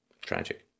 Tragic